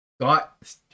got